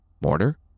Mortar